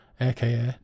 aka